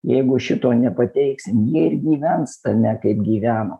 jeigu šito nepateiksim jie ir gyvens tame kaip gyveno